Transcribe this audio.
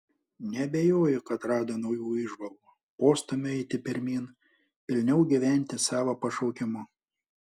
neabejoju kad rado naujų įžvalgų postūmio eiti pirmyn pilniau gyventi savo pašaukimu